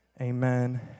Amen